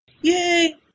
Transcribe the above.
Yay